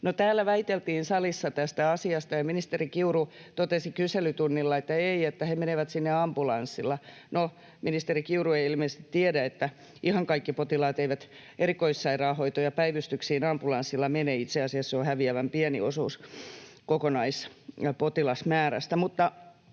salissa väiteltiin tästä asiasta, ja ministeri Kiuru totesi kyselytunnilla, että ei, he menevät sinne ambulanssilla. No, ministeri Kiuru ei ilmeisesti tiedä, että ihan kaikki potilaat eivät erikoissairaanhoitoon ja päivystyksiin ambulanssilla mene — itse asiassa se on häviävän pieni osuus kokonaispotilasmäärästä.